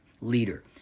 leader